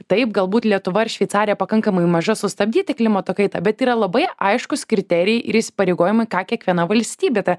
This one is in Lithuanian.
taip galbūt lietuva ar šveicarija pakankamai maža sustabdyti klimato kaitą bet yra labai aiškūs kriterijai ir įsipareigojimai ką kiekviena valstybė ta